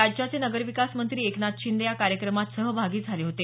राज्याचे नगरविकास मंत्री एकनाथ शिंदे या कार्यक्रमात सहभागी झाले होते